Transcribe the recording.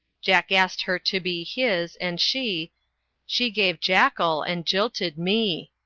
jackass'd her to be his, and she she gave jackal, and jilted me.